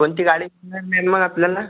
कोणती गाडी नेईल मग आपल्याला